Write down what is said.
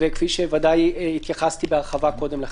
כפי שוודאי התייחסתי בהרחבה קודם לכן.